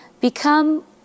become